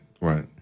Right